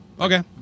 okay